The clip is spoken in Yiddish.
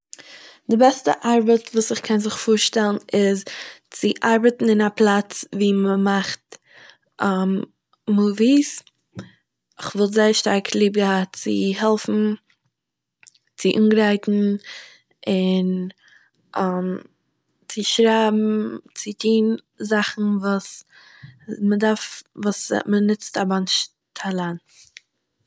די בעסטע ארבעט וואס איך קען זיך פארשטעלן איז, צו ארבעטן אין א פלאץ ווי מ'מאכט מאוויס כ'וואלט זייער שטארק ליב געהאט צו העלפן, צו אנגרייטן, און צו שרייבן, צו טוהן זאכן וואס מ'דארף, וואס מ'נוצט א באנטש טאלאנט.